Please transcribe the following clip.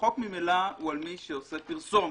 החוק ממילא הוא על מי שעושה פרסומת.